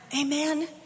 Amen